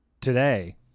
Today